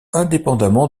indépendamment